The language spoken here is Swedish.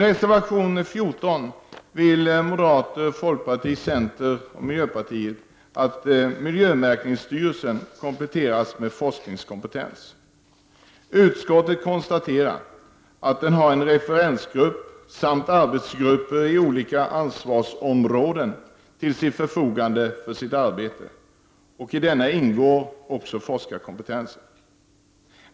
I reservation 14 vill moderaterna, folkpartiet, centern och miljöpartiet att miljömärkningsstyrelsen kompletteras med forskningskompetens. Utskottet konstaterar att den har en referensgrupp samt arbetsgrupper inom olika ansvarsområden till förfogande för sitt arbete, och att i denna referensgrupp ingår forskarkompetens.